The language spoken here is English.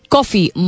Coffee